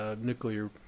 nuclear